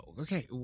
Okay